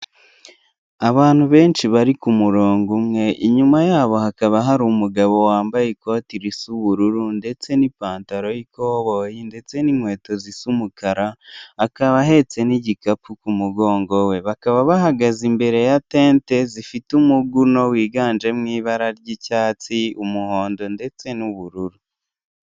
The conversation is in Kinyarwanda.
Abantu benshi bari ku murongo umwe, inyuma yabo hakaba hari umugabo wambaye ikoti risa ubururu ndetse n'ipantaro y'ikoboyi ndetse n'inkweto zisa umukara akaba ahetse n'igikapu ku mugongo we. Bakaba bahagaze imbere ya tente zifite umuguno wiganjemo ibara ry'icyatsi, umuhondo ndetse n'ubururu.